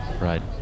Right